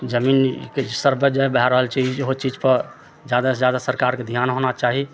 जमीनके जे सर्वे भए रहल छै ई इहो चीजके जादा सँ जादा सरकारके ध्यान होना चाही